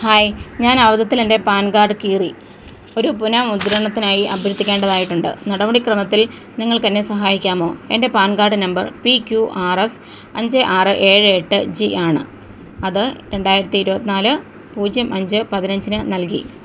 hi ഞാൻ അബദ്ധത്തിൽ എന്റെ പാൻ കാഡ് കീറി ഒരു പുനർ മുദ്രണത്തിനായി അഭ്യർത്ഥിക്കേണ്ടതായിട്ടുണ്ട് നടപടിക്രമത്തിൽ നിങ്ങൾക്കെന്നെ സഹായിക്കാമോ എന്റെ PAN card number P Q ആറ് എസ് അഞ്ച് ആറ് ഏഴ് എട്ട് ജി ആണ് അത് രണ്ടായിരത്തി ഇരുപത്തിനാല് പൂജ്യം അഞ്ച് പതിനഞ്ചിന് നൽകി